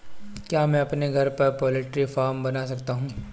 क्या मैं अपने घर पर पोल्ट्री फार्म बना सकता हूँ?